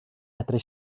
medru